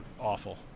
awful